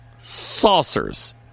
Saucers